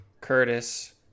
Curtis